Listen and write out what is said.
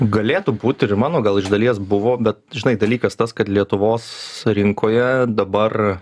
galėtų būt ir mano gal iš dalies buvo bet žinai dalykas tas kad lietuvos rinkoje dabar